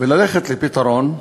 וללכת לפתרון אמיץ,